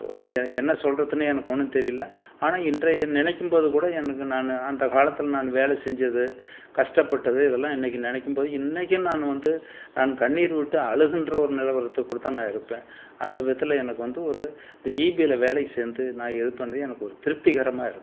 எ என்ன சொல்லுறதுன்னு எனக்கு ஒன்றும் தெரியலை ஆனால் இன்றைய நினைக்கும் போது கூட எனக்கு நான் அந்த காலத்தில் நான் வேலை செஞ்சது கஷ்டப்பட்டது இதெலாம் இன்னைக்கு நினைக்கும் போது இன்றைக்கும் நான் வந்து நான் கண்ணீர் விட்டு அழுகின்ற ஒரு நிலவரத்துக் கூட தான் நான் இருப்பேன் அந்த விதத்தில் எனக்கு வந்து ஒரு இந்த இபியில வேலைக்கு சேர்ந்து நான் இது பண்ணிணது எனக்கு திருப்திகரமாக இருக்குது